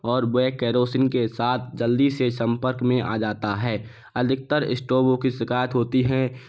और वो केरोसिन के साथ जल्दी से संपर्क में आ जाता है अधिकतर इ स्टॉबों की शिकायत होती है